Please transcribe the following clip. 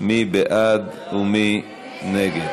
מי בעד ומי נגד?